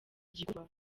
gikorwa